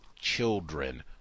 children